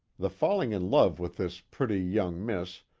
the falling in love with this pretty, young miss,